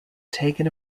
taken